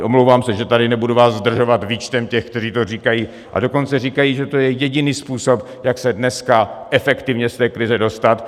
Omlouvám se, že vás tady nebudu zdržovat výčtem těch, kteří to říkají, a dokonce říkají, že to je jediný způsob, jak se dneska efektivně z té krize dostat.